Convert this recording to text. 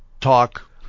talk